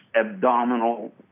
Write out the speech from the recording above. abdominal